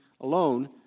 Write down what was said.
alone